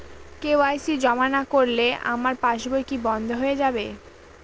KYC জমা না করলে আমার পাসবই কি বন্ধ হয়ে যাবে?